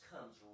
comes